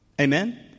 Amen